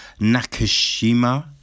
Nakashima